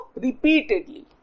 repeatedly